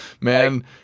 man